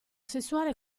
sessuale